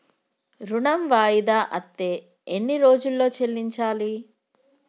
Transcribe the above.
ఋణం వాయిదా అత్తే ఎన్ని రోజుల్లో చెల్లించాలి?